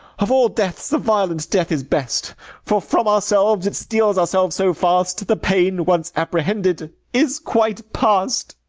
of all deaths, the violent death is best for from ourselves it steals ourselves so fast, the pain, once apprehended, is quite past.